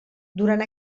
durant